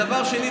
דבר שני,